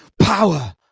Power